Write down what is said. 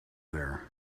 there